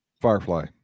Firefly